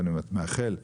ואני מאחל לידידנו,